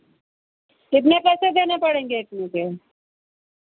कितने पैसे देने पड़ेंगे इतने के